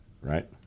right